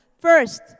First